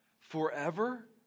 forever